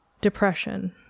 depression